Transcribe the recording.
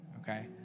okay